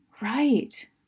right